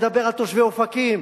תדבר על תושבי אופקים,